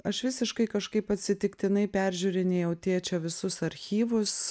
aš visiškai kažkaip atsitiktinai peržiūrinėjau tėčio visus archyvus